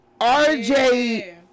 RJ